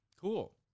Cool